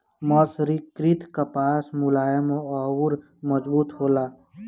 मर्सरीकृत कपास मुलायम अउर मजबूत होला